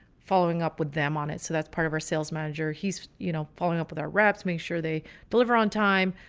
following up with them on it. so that's part of our sales manager. he's, you know, following up with our reps, make sure they deliver on time,